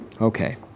Okay